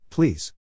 Please